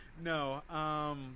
No